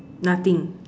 nothing